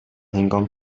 هنگام